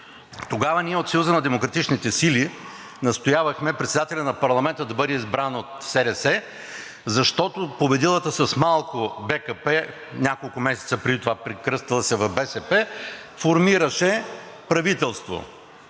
демократичните сили настоявахме председателят на парламента да бъде избран от СДС, защото победилата с малко БКП – няколко месеца преди това прекръстила се в БСП, формираше правителство.